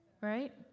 Right